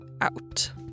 out